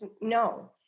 No